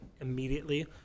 immediately